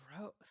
Gross